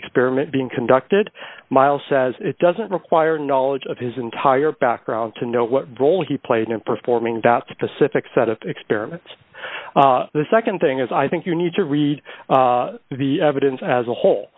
experiment being conducted miles says it doesn't require knowledge of his entire background to know what role he played in performing that specific set of experiments the nd thing is i think you need to read the evidence as a whole